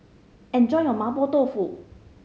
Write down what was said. enjoy your Mapo Tofu